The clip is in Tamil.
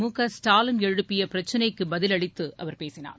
முகஸ்டாலின் எழுப்பிய பிரச்சினைக்கு பதிலளித்து அவர் பேசினார்